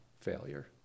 failure